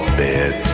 bed